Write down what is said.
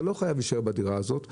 אתה לא חייב להישאר בדירה הזאת,